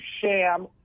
sham